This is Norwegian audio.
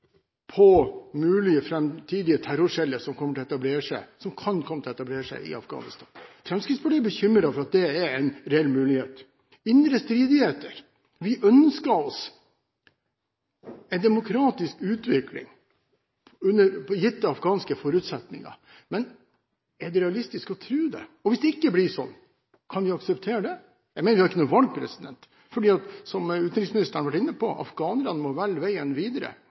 på mulige framtidige terrorceller som kan komme til å etablere seg i Afghanistan? Fremskrittspartiet er bekymret for at det er en reell mulighet. Når det gjelder indre stridigheter, ønsker vi oss en demokratisk utvikling under gitte afghanske forutsetninger. Men er det realistisk å tro det? Og hvis det ikke blir sånn, kan vi akseptere det? Jeg mener vi ikke har noe valg, fordi, som utenriksministeren har vært inne på, afghanerne må velge veien videre.